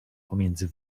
pomiędzy